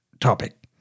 topic